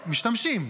משתמשים.